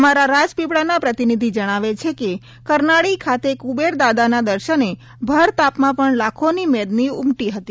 અમારા રાજપીપળાના પ્રતિનિધિ જણાવે છે કે કરનાળી ખાતે કુબેર દાદાના દર્શને ભર તાપમાં પણ લાખોની મેદની ઉમટી હતી